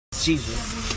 Jesus